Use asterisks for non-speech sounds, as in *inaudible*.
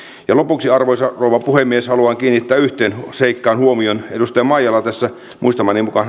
lopuksi arvoisa rouva puhemies haluan kiinnittää yhteen seikkaan huomion edustaja maijala tässä omassa puheenvuorossaan muistamani mukaan *unintelligible*